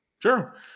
Sure